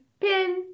pin